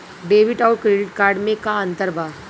Debit आउर credit card मे का अंतर बा?